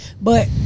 but-